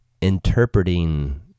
interpreting